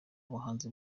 buhanzi